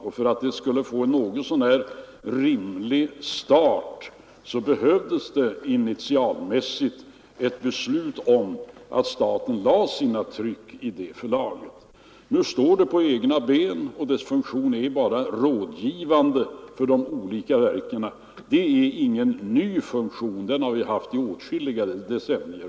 För att detta förlag skulle få en något så när rimlig start behövdes det initialmässigt ett beslut om att staten skulle lägga sitt tryck i det förlaget. Nu står det på egna ben och dess funktion är bara rådgivande för de olika verken. Det är ingen ny funktion — den har funnits i åtskilliga decennier.